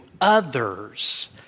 others